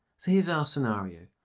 so here's our scenario.